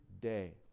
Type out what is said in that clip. day